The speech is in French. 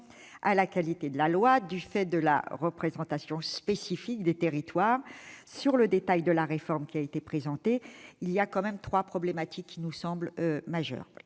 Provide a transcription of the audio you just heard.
à la qualité de la loi du fait de la représentation spécifique des territoires. Dans le détail de la réforme présentée, trois problématiques nous semblent majeures.